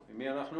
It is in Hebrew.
עם מי אנחנו?